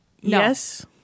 Yes